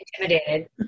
intimidated